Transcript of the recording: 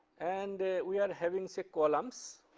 and we are having, say columns,